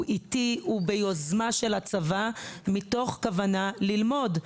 הוא עיתי, הוא ביוזמת הצבא, מתוך מגמה ללמוד.